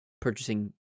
purchasing